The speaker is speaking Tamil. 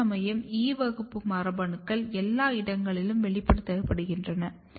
அதேசமயம் E வகுப்பு மரபணுக்கள் எல்லா இடங்களிலும் வெளிப்படுத்தப்படுகின்றன